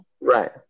Right